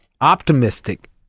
optimistic